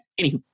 Anywho